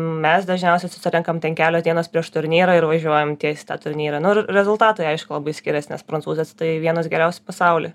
mes dažniausia susirenkam ten kelios dienos prieš turnyrą ir važiuojame tiesiai į tą turnyrą nu ir rezultatai aišku labai skiriasi nes prancūzės tai vienas geriausių pasaulyj